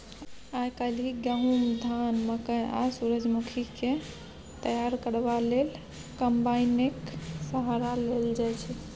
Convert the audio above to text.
आइ काल्हि गहुम, धान, मकय आ सूरजमुखीकेँ तैयार करबा लेल कंबाइनेक सहारा लेल जाइ छै